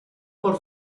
por